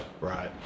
Right